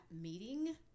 meeting